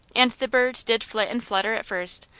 and the bird did flit and flutter at first,